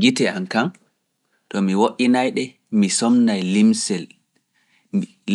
Gite an kaan, to mi wo'inaay ɗe, mi somnay